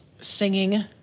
singing